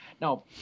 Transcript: Now